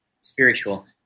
spiritual